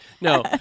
no